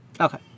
Okay